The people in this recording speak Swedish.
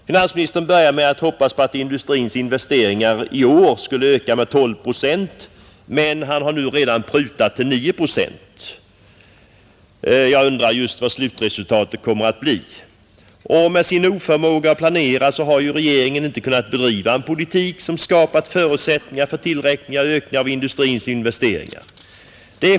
Finansministern började med att säga att han hoppades att industrins investeringar i år skulle öka med 12 procent, men han har redan nu prutat ned det till 9 procent. Jag undrar just vad slutresultatet kommer att bli. Med sin oförmåga att planera har regeringen inte kunnat bedriva en politik som skapat förutsättningar för tillräckliga ökningar av industrins investeringar.